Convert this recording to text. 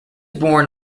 born